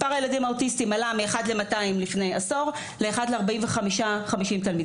מספר הילדים האוטיסטים עלה מ-1 ל-200 לפני עשור ל-1 ל-50 תלמידים.